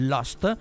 Lost